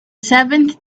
seventh